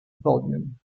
volume